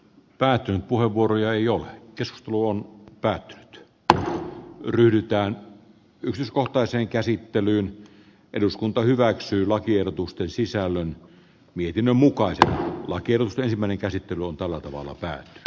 päätyyn kuivuria johon keskustelu on päättynyt pyritään yrityskohtaiseen käsittelyyn eduskunta hyväksyy lakiehdotusten sisällön mietinnön mukaiset laki on ensimmäinen käsittely on tällä tavalla me a